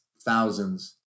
thousands